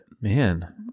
Man